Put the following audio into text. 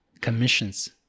commissions